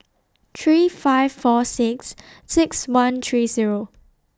three five four six six one three Zero